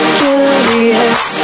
curious